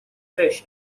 fish